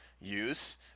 use